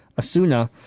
Asuna